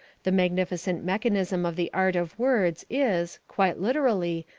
the magnificent mechanism of the art of words is, quite literally,